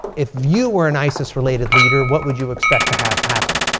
if you were an isis-related leader, what would you expect to have happen?